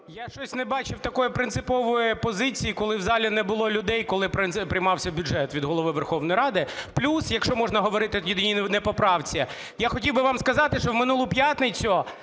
Я щось не бачив такої принципової позиції, коли в залі не було людей, коли приймався бюджет, від Голови Верховної Ради. Плюс, якщо можна говорити не по правці, я хотів би вам сказати, що в минулу п'ятницю